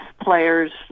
players